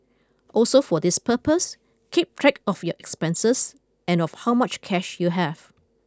also for this purpose keep track of your expenses and of how much cash you have